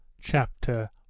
chapter